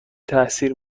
تاثیر